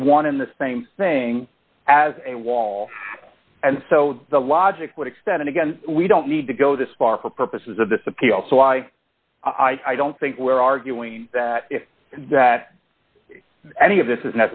be one in the same thing as a wall and so the logic would extend again we don't need to go this far for purposes of this appeal so i i don't think we're arguing that if that any of this is